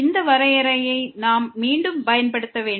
இந்த வரையறையை நாம் மீண்டும் பயன்படுத்த வேண்டும்